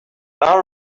our